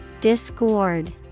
Discord